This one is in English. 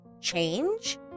change